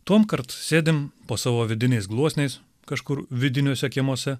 tuom kart sėdim po savo vidiniais gluosniais kažkur vidiniuose kiemuose